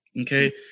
okay